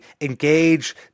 engage